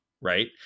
right